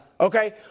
Okay